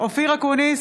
אופיר אקוניס,